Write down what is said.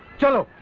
to